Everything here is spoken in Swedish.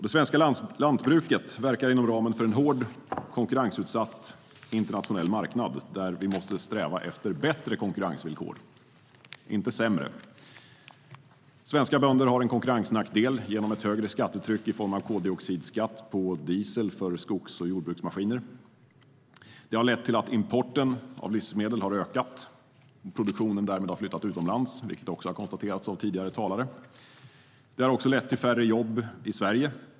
Det svenska lantbruket verkar inom ramen för en hård, konkurrensutsatt internationell marknad, där vi måste sträva efter bättre konkurrensvillkor - inte sämre. Svenska bönder har en konkurrensnackdel genom ett högre skattetryck i form av koldioxidskatt på diesel för skogs och jordbruksmaskiner. Detta har lett till att importen har ökat, och produktionen har därmed flyttat utomlands, vilket också det har konstaterats av tidigare talare. Det har även lett till färre jobb i Sverige.